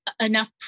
enough